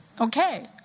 Okay